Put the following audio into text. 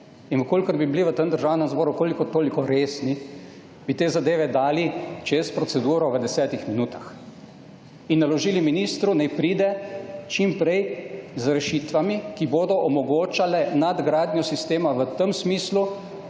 In v kolikor bi bili v tem Državnem zboru kolikor toliko resni, bi te zadeve dali čez proceduro v desetih minutah in naložili ministru naj pride čim prej z rešitvami, ki bodo omogočale nadgradnjo sistema v tem smislu,